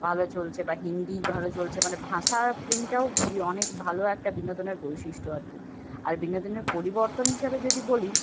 ভালো চলছে বা হিন্দি ভালো চলছে মানে ভাষার ফিল্মটাও বি অনেক ভালো একটা বিনোদনের বৈশিষ্ট্য আর কি আর বিনোদনের পরিবর্তন হিসাবে যদি বলি